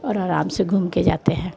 और आराम से घूम के जाते हैं